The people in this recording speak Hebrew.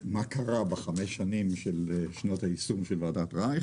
מה קרה בשנות היישום של ועדת רייך